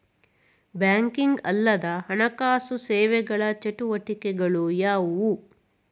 Banking ಅಲ್ಲದ ಹಣಕಾಸು ಸೇವೆಗಳ ಚಟುವಟಿಕೆಗಳು ಯಾವುವು?